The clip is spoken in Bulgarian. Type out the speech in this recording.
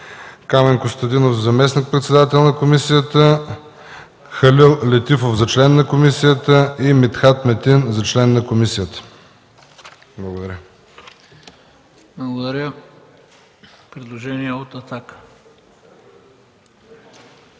Камен Костадинов за заместник-председател на комисията, Халил Летифов за член на комисията и Митхат Метин за член на комисията. Благодаря.